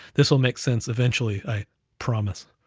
this will make sense eventually. i promise.